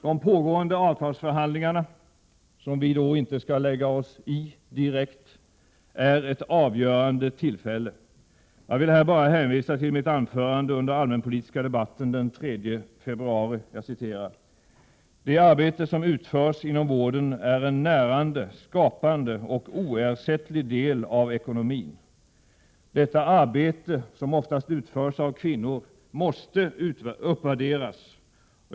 De pågående avtalsförhandlingarna, som vi inte skall lägga oss i direkt, är ett avgörande tillfälle. Jag vill här bara hänvisa till mitt anförande under allmänpolitiska debatten den 3 februari: ”Det arbete som utförs inom vården är en närande, skapande och oersättlig del av ekonomin. Detta arbete som oftast utförs av kvinnor måste uppvärderas.